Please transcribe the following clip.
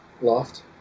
Loft